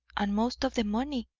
and most of the money.